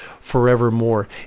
forevermore